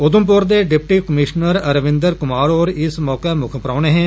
उधमपुर दे deputy commission Ravinder Kumar होर इस मौके मुक्ख परौहने हे